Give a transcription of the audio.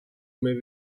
may